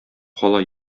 кала